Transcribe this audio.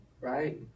right